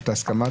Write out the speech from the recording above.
את הסכמת,